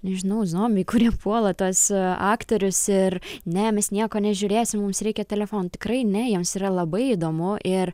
nežinau zombiai kurie puola tuos aktorius ir ne mes nieko nežiūrėsim mums reikia telefonų tikrai ne jiems yra labai įdomu ir